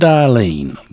Darlene